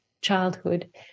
childhood